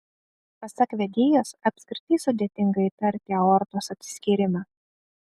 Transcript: pasak vedėjos apskritai sudėtinga įtarti aortos atsiskyrimą